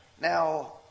Now